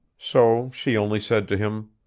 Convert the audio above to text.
so she only said to him,